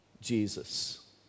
Jesus